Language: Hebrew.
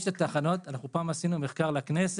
את התחנות לפני כמה שנים עשינו מחקר לכנסת,